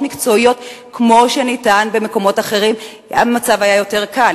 מקצועיות כמו שאפשר במקומות אחרים המצב היה יותר קל.